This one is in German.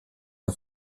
der